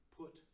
put